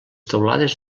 teulades